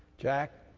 jack,